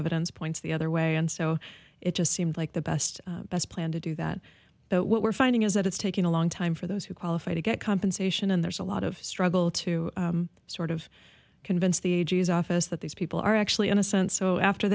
evidence points the other way and so it just seemed like the best plan to do that but what we're finding is that it's taking a long time for those who qualify to get compensation and there's a lot of struggle to sort of convince the a g s office that these people are actually innocent so after